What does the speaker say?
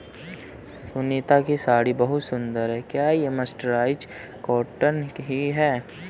सुनीता की साड़ी बहुत सुंदर है, क्या ये मर्सराइज्ड कॉटन की है?